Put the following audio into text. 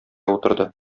утырды